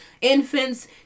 Infants